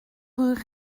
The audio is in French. rue